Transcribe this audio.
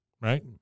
right